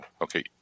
Okay